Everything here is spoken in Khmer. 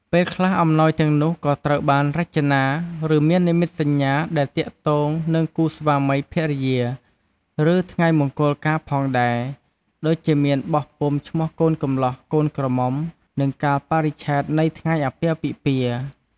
ពេលខ្លះ អំណោយទាំងនោះក៏ត្រូវបានរចនា ឬមាននិមិត្តសញ្ញាដែលទាក់ទងនឹងគូស្វាមីភរិយា ឬថ្ងៃមង្គលការផងដែរ ដូចជាមានបោះពុម្ពឈ្មោះកូនកំលោះ កូនក្រមុំ និងកាលបរិច្ឆេទនៃថ្ងៃអាពាហ៍ពិពាហ៍។